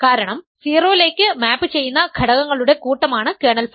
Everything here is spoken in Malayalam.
കാരണം 0 ലേക്ക് മാപ്പ് ചെയ്യുന്ന ഘടകങ്ങളുടെ കൂട്ടമാണ് കേർണൽ ഫൈ